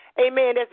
Amen